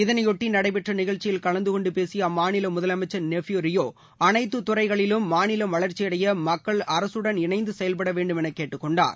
இதனைபொட்டி நடைபெற்ற நிகழ்ச்சியில் கலந்து கொண்டு பேசிய அம்மாநில முதலளமச்சர் நெஃப்யூ ரியோ அனைத்து துறைகளிலும் மாநிலம் வளர்ச்சியடைய மக்கள் அரசுடன் இணைந்து செயல்பட வேண்டும் என கேட்டுக்கொண்டார்